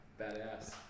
Badass